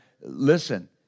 Listen